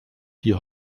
die